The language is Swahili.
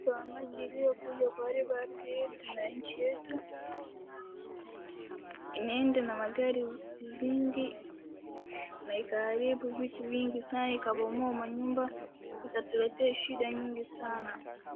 Kuna maji iliyokuja kuharibu ardhi yetu na nchi yetu imeenda na magari zingi na ikaharibu vitu vingi sana ikabomoa manyumba ikatuletea shida nyingi sana.